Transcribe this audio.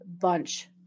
bunch